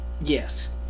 Yes